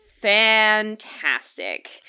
fantastic